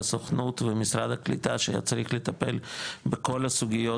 הסוכנות ומשרד הקליטה שהיה צריך לטפל בכל הסוגיות